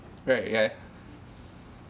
right yeah